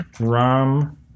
Rum